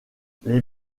les